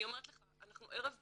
אני אומרת לך, אנחנו ערב בחירות,